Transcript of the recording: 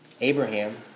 Abraham